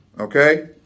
Okay